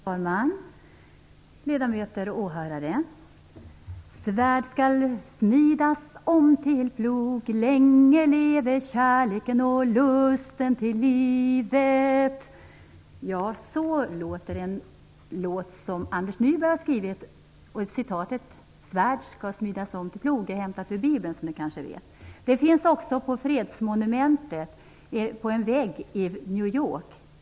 Fru talman! Ledamöter och åhörare! "Svärd skall smidas om till plog länge leve kärleken och lusten till livet." Så går en låt som Anders Nyberg har skrivit. Citatet "svärd skall smidas om till plog" är hämtat ur Bibeln som ni kanske vet. Det finns också på fredsmonumentet på en vägg i New York.